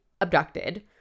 abducted